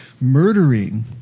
murdering